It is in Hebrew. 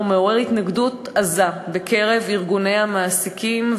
מעורר התנגדות עזה בקרב ארגוני המעסיקים,